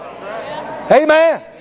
Amen